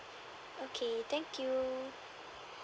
okay thank you